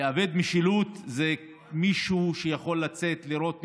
אובדן משילות זה שמישהו יכול לצאת ולירות במישהו,